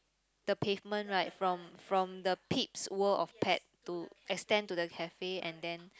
the pavement right from from the Pete's World of Pet to extend to the cafe and then